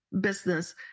business